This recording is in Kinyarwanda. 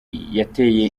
yateye